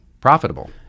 profitable